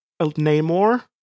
Namor